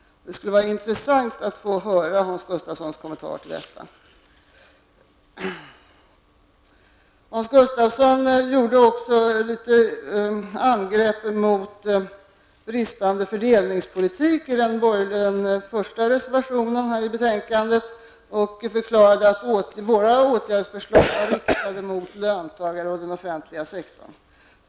Det skulle vara intressant att få höra Hans Gustafssons kommentar till detta. Hans Gustafsson angrep också något den bristande fördelningspolitiken i reservation 1 till betänkandet och förklarade att våra åtgärder var riktade mot löntagare och den offentliga sektorn.